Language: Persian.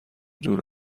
دور